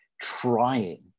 trying